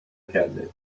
کرده